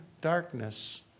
darkness